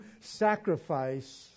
sacrifice